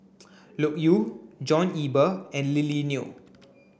Loke Yew John Eber and Lily Neo